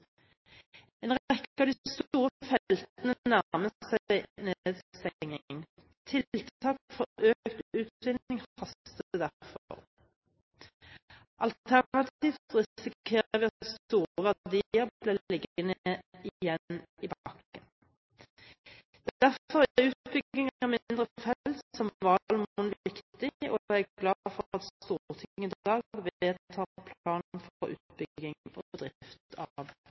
En rekke av de store feltene nærmer seg nedstengning. Tiltak for økt utvinning haster derfor. Alternativt risikerer vi at store verdier blir liggende igjen i bakken. Derfor er utbygging av mindre felt som Valemon viktig, og jeg er glad for at Stortinget i dag vedtar plan for utbygging og drift av